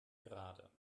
gerade